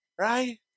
Right